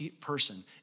person